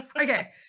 Okay